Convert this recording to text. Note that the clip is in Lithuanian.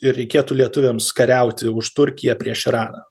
ir reikėtų lietuviams kariauti už turkiją prieš iraną